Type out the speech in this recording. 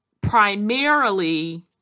primarily